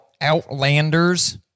Outlanders